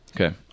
Okay